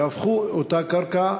והפכו את אותה קרקע,